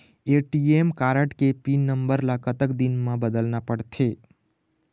ATM card के PIN number ला कतक दिन म बदलना पड़थे?